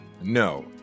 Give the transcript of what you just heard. no